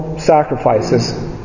sacrifices